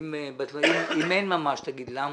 ואם אין ממש תגיד למה.